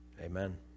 Amen